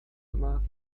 immer